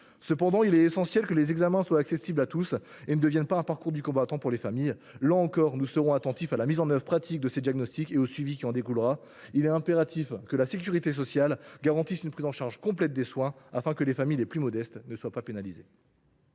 Cependant, il est essentiel que les examens soient accessibles à tous et ne deviennent pas un parcours du combattant pour les familles. Là encore, nous serons attentifs à la mise en œuvre pratique de ces diagnostics et au suivi qui en découlera. Il est impératif que la sécurité sociale garantisse une prise en charge complète des soins, afin que les familles les plus modestes ne soient pas pénalisées.